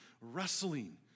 wrestling